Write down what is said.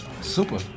Super